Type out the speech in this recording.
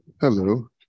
Hello